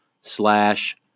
slash